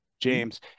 James